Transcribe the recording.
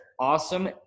awesome